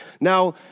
Now